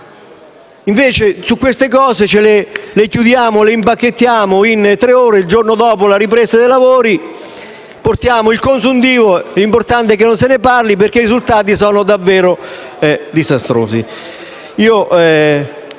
Invece, queste cose le chiudiamo in tre ore il giorno dopo la ripresa dei lavori; archiviamo il consuntivo; l'importante è che non se ne parli, perché i risultati sono davvero disastrosi.